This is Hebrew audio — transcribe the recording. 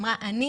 אמרה: אני